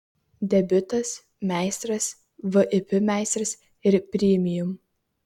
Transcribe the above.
debiutas meistras vip meistras ir premium